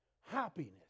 Happiness